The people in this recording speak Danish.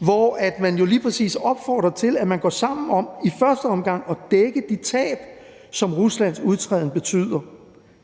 hvor man jo lige præcis opfordrer til, at man går sammen om i første omgang at dække de tab, som Ruslands udtræden betyder.